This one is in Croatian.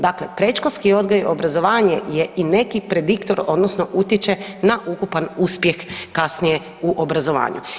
Dakle, predškolski odgoj i obrazovanje je i neki prediktor odnosno utječe na ukupan uspjeh kasnije u obrazovanju.